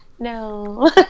no